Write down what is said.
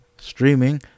Streaming